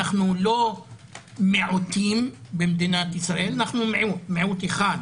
אנחנו לא מיעוטים במדינת ישראל, אנחנו מיעוט אחד.